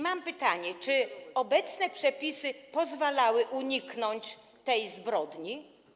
Mam pytanie: Czy obecne przepisy pozwalały uniknąć tej zbrodni?